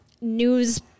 news